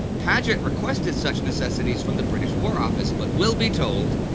paget requested such necessities from the british war office, but will be told,